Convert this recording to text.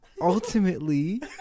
Ultimately